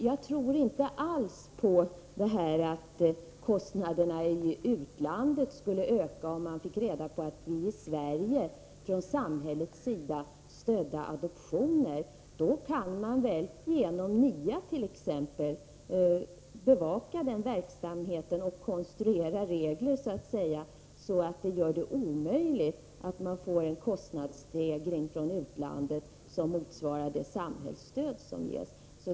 Jag tror inte alls på att kostnaderna i utlandet skulle öka om man fick reda på att vi i Sverige från samhällets sida stödde adoptioner. Då kan man vält.ex. genom NIA bevaka den verksamheten och så att säga konstruera regler som omöjliggör en kostnadsstegring från utlandet som motsvarar det samhällsstöd som ges.